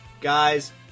guys